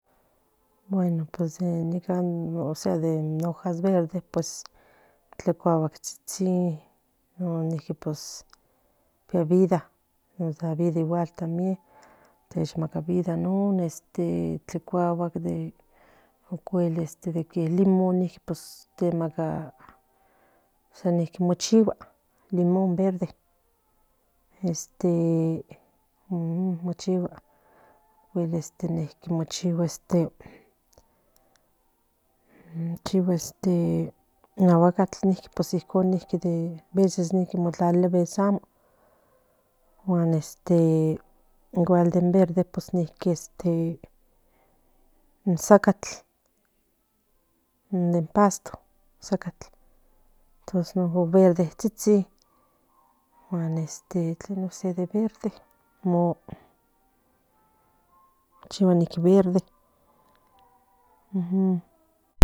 Bueno pues nica osea de ojas verdes pues tlecaguatsitsin nos pues pía vida nos da vida igual techmaca vida tlecahuatl ocuel de que limonts yemaca san mo chigua limón verde este mochigua ocuel mochigua chigua este aguacatl non amo aveces quema igual den verde sacatl den in pato sacatl in verdetsitsim guan se de verde chigua verde uj